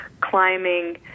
climbing